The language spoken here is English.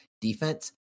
defense